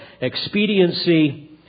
expediency